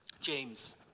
James